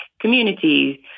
communities